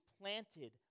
planted